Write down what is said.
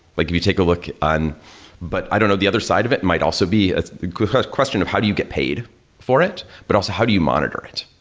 like you you take a look on but, i don't know. the other side of it might also be a question of how do you get paid for it, but also how do you monitor it.